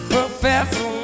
Professor